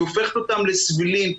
היא הופכת אותם לסבילים.